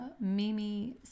Mimi